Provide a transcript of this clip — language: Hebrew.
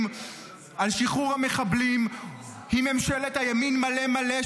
על שחרור מחבלים היא ממשלת הימין מלא-מלא,